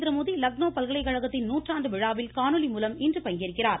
நரேந்திரமோடி லக்னோ பல்கலைக்கழகத்தின் நூற்றாண்டு விழாவில் காணொலி மூலம் இன்று பங்கேற்கிறார்